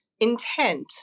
intent